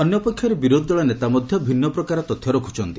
ଅନ୍ୟପକ୍ଷରେ ବିରୋଧୀ ଦଳ ନେତା ମଧ୍ୟ ଭିନ୍ଦ ପ୍ରକାର ତଥ୍ୟ ରଖୁଛନ୍ତି